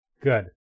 Good